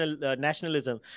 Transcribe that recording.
nationalism